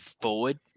forward